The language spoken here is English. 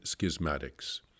schismatics